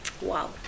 Wow